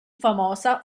famosa